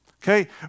Okay